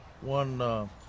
one